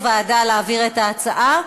לאיזו ועדה להעביר את ההצעה,